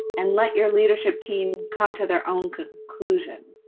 and let your leadership team come to their own conclusion.